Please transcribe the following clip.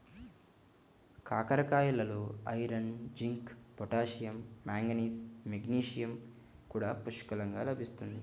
కాకరకాయలలో iron, zinc, potassium, manganese, magnesium కూడా పుష్కలంగా లభిస్తుంది